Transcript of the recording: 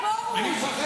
ממה אתה מפחד, פרוש?